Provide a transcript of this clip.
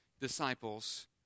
disciples